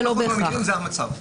ב-50% מהמקרים זה המצב.